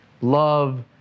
love